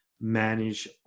manage